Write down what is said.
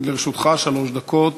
לרשותך שלוש דקות.